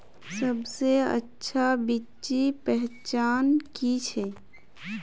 सबसे अच्छा बिच्ची पहचान की छे?